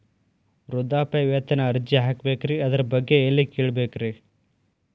ವೃದ್ಧಾಪ್ಯವೇತನ ಅರ್ಜಿ ಹಾಕಬೇಕ್ರಿ ಅದರ ಬಗ್ಗೆ ಎಲ್ಲಿ ಕೇಳಬೇಕ್ರಿ?